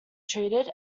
treated